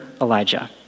Elijah